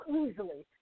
easily